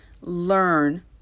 learn